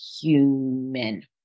human